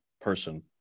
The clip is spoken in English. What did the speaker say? person